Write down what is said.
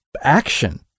action